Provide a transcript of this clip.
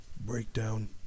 Breakdown